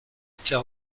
tell